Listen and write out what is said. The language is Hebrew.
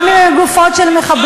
גם אם הן גופות של מחבלים.